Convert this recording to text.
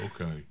Okay